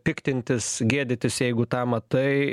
piktintis gėdytis jeigu tą matai